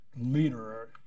leader